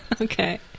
okay